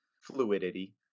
fluidity